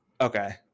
Okay